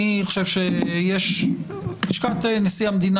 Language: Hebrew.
אני חושב שבית הנשיא,